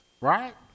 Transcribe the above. Right